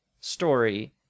story